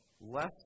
Less